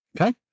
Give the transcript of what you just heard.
Okay